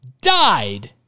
died